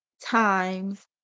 times